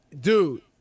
dude